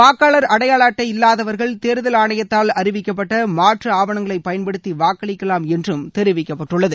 வாக்காளர் அடையாள அட்டை இல்லாதவா்கள் தேர்தல் ஆணையத்தால் அறிவிக்கப்பட்ட மாற்று ஆவணங்களை பயன்படுத்தி வாக்களிக்கலாம் என்றும் தெரிவிக்கப்பட்டுள்ளது